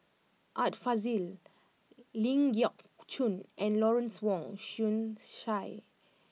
Art Fazil Ling Geok Choon and Lawrence Wong Shyun Tsai